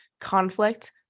conflict